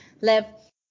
left